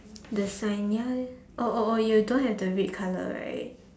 the sign ya ya oh oh oh you don't have the red colour right